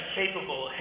capable